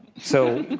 so,